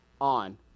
On